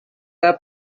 care